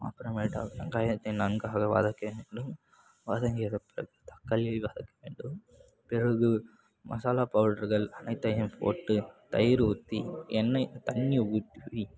அப்புறமேட்டு வெங்காயத்தை நன்றாக வதக்க வேண்டும் வதங்கி வரப்போ தக்காளியயை வதக்க வேண்டும் பிறகு மசாலா பவுடருகள் அனைத்தையும் போட்டு தயிர் ஊற்றி எண்ணெய் தண்ணியை ஊற்றி